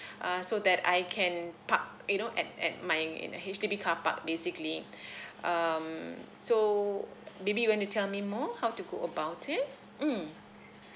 uh so that I can park you know at at my you know H_D_B car park basically um so maybe you want to tell me more how to go about it mm